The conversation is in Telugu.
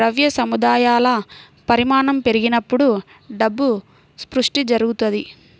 ద్రవ్య సముదాయాల పరిమాణం పెరిగినప్పుడు డబ్బు సృష్టి జరుగుతది